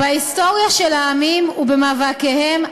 בהיסטוריה של העמים ובמאבקיהם,